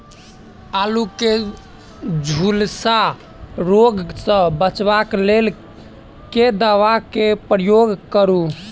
आलु केँ झुलसा रोग सऽ बचाब केँ लेल केँ दवा केँ प्रयोग करू?